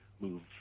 move